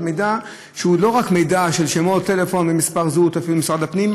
מידע שהוא לא רק שמות טלפון ומספר זהות לפי משרד הפנים,